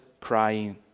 crying